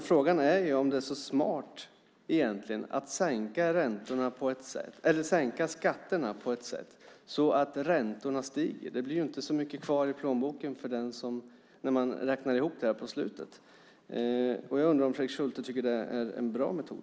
Frågan är om det är så smart egentligen att sänka skatterna på ett sådant sätt att räntorna stiger. Det blir inte så mycket kvar i plånboken när man räknar ihop det här på slutet. Jag undrar om Fredrik Schulte tycker att det är en bra metod.